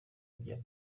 bya